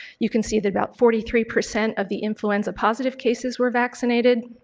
you can see that about forty three percent of the influenza positive cases were vaccinated,